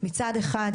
מצד אחד,